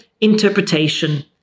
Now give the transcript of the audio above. interpretation